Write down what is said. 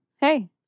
Hey